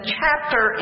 chapter